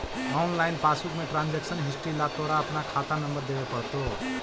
online passbook में transaction history ला तोरा अपना खाता नंबर देवे पडतो